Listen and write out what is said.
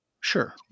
Sure